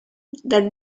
the